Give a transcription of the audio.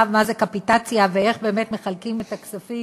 מה זה קפיטציה ואיך באמת מחלקים את הכספים,